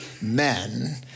men